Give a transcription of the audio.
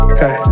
Okay